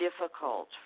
difficult